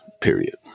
period